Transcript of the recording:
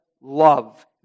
love